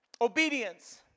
obedience